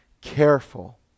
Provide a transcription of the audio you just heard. careful